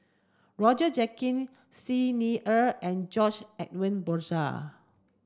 Roger Jenkins Xi Ni Er and George Edwin Bogaar